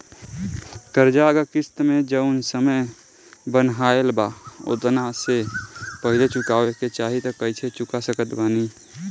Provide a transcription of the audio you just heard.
कर्जा अगर किश्त मे जऊन समय बनहाएल बा ओतना से पहिले चुकावे के चाहीं त कइसे चुका सकत बानी?